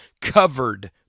covered